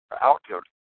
outfield